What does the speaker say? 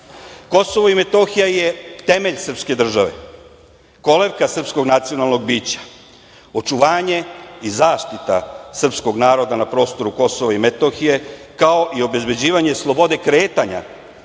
i Metohija je temelj srpske države, kolevka srpskog nacionalnog bića, očuvanje i zaštita srpskog naroda na prostoru Kosova i Metohije, kao i obezbeđivanje slobode kretanja